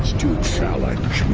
to challenge